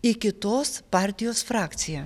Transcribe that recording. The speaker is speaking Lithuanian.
į kitos partijos frakciją